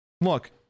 Look